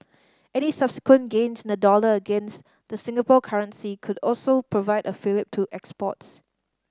any subsequent gains in the dollar against the Singapore currency could also provide a fillip to exports